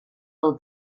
del